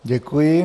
Děkuji.